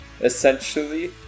essentially